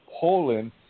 Poland